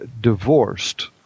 divorced